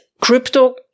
crypto